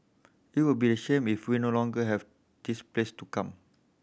it will be a shame if we no longer have this place to come